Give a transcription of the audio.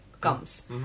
comes